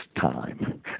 time